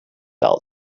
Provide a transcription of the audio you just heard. dull